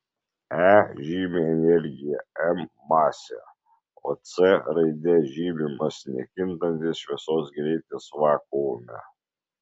e žymi energiją m masę o c raide žymimas nekintantis šviesos greitis vakuume